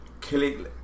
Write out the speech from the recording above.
killing